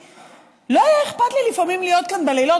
לא היה אכפת לי לפעמים להיות כאן בלילות.